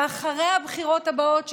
ואחרי הבחירות הבאות שתהיינה,